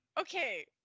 okay